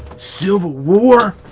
civil war.